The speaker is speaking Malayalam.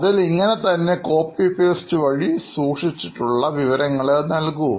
അതിൽ ഇങ്ങനെ തന്നെ കോപ്പി പേസ്റ്റ് വഴി സൂക്ഷിച്ചിട്ടുള്ള വിവരങ്ങളെ അത് നൽകു